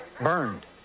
burned